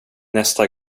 nästa